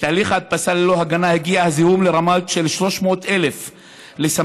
בתהליך הדפסה ללא הגנה הגיע הזיהום לרמה לרמות של 300,000 לסמ"ק,